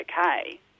okay